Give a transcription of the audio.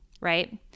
right